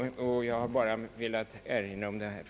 Jag har, herr talman, bara velat erinra om detta.